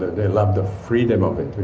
they love the freedom of it.